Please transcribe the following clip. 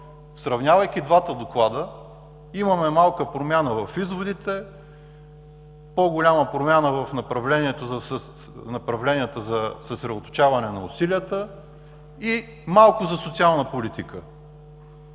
сравнявайки двата доклада, имаме малка промяна в изводите, по-голяма промяна в направленията за съсредоточаване на усилията и малка за социална политика.